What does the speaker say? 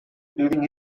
during